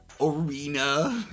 arena